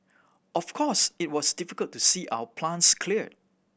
of course it was difficult to see our plants cleared